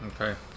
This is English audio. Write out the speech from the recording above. Okay